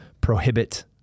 prohibit